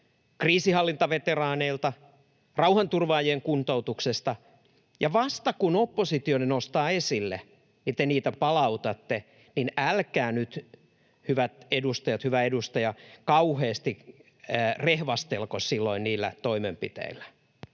kriisinhallintaveteraaneilta, rauhanturvaajien kuntoutuksesta, ja vasta kun oppositio ne nostaa esille, niin te niitä palautatte, niin että älkää nyt, hyvät edustajat — hyvä edustaja — kauheasti rehvastelko silloin niillä toimenpiteillä.